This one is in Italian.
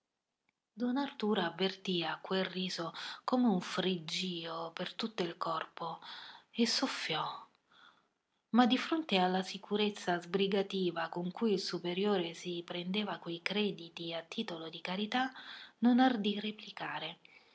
arturo avvertì a quel riso come un friggio per tutto il corpo e soffiò ma di fronte alla sicurezza sbrigativa con cui il superiore si prendeva quei crediti a titolo di carità non ardì replicare